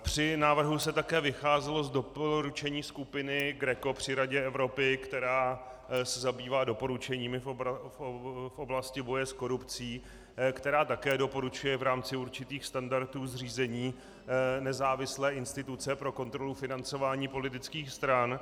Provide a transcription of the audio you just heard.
Při návrhu se také vycházelo z doporučení skupiny GRECO při Radě Evropy, která se zabývá doporučeními v oblasti boje s korupcí, která také doporučuje v rámci určitých standardů zřízení nezávislé instituce pro kontrolu financování politických stran.